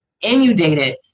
inundated